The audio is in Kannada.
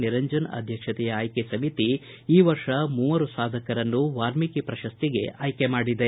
ನಿರಂಜನ ಅಧ್ವಕ್ಷತೆಯ ಆಯ್ಕೆ ಸಮಿತಿ ಈ ವರ್ಷ ಮೂವರು ಸಾಧಕರನ್ನು ವಾಲ್ಮೀಕಿ ಪ್ರಶಸ್ತಿಗೆ ಆಯ್ಕೆ ಮಾಡಿದೆ